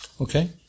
okay